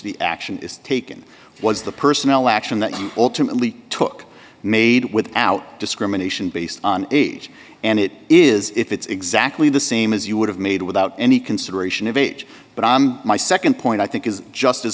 the action is taken it was the personal action that you ultimately took made without discrimination based on age and it is if it's exactly the same as you would have made without any consideration of age but on my nd point i think is just as